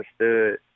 understood